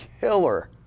killer